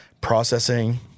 processing